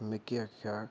मिगी आखेआ